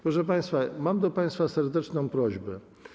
Proszę państwa, mam do państwa serdeczną prośbę.